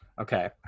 Okay